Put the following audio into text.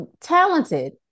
Talented